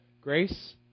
Grace